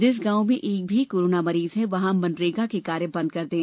जिस गाँव में एक भी कोरोना मरीज है वहाँ मनरेगा के कार्य बंद कर दें